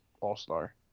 all-star